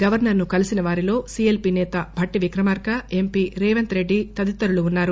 గవర్ప ర్ ను కలిసిన వారిలో సీఎల్సీ సేత భట్టి విక్రమార్క ఎంపీ రేవంత్ రెడ్డి తదితరులు ఉన్నారు